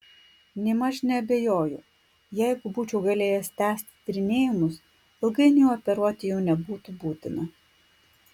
nėmaž neabejoju jeigu būčiau galėjęs tęsti tyrinėjimus ilgainiui operuoti jau nebūtų būtina